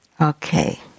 Okay